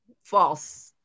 False